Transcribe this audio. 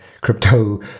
crypto